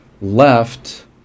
left